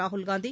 ராகுல் காந்தி